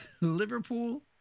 Liverpool